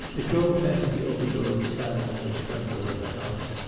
it drove past the open door of the salon to the front door of the house.